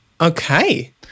okay